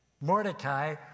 Mordecai